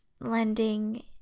lending